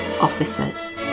officers